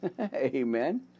Amen